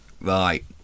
right